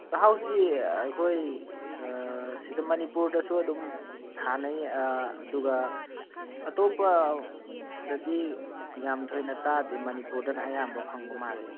ꯆꯥꯛꯍꯥꯎꯁꯤ ꯑꯩꯈꯣꯏ ꯁꯤꯗ ꯃꯅꯤꯄꯨꯔꯗꯁꯨ ꯑꯗꯨꯝ ꯊꯥꯅꯩ ꯑꯗꯨꯒ ꯑꯇꯣꯞꯄ ꯗꯗꯤ ꯌꯥꯝ ꯊꯣꯏꯅ ꯇꯥꯗꯦ ꯃꯅꯤꯄꯨꯔꯗꯅ ꯑꯌꯥꯝꯕ ꯐꯪꯕ ꯃꯥꯜꯂꯦ